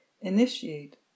initiate